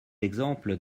exemples